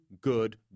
good